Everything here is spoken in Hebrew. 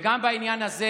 וגם בעניין הזה,